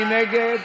מי נגד?